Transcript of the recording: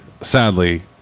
sadly